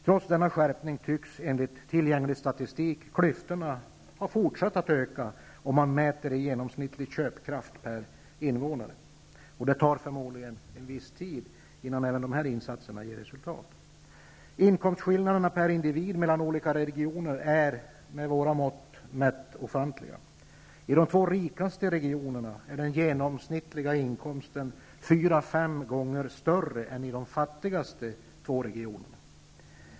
Trots denna skärpning tycks, enligt tillgänglig statistik, klyftorna ha fortsatt att öka, mätt i genomsnittlig köpkraft per invånare. Det tar förmodligen en viss tid innan även dessa insatser ger resultat. Inkomstskillnaderna mellan olika regioner är med våra mått mätt ofantliga. I de två rikaste regionerna är den genomsnittliga inkomsten fyra fem gånger större än i de två fattigaste regionerna.